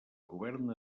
govern